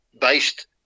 based